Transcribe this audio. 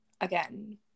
again